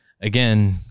again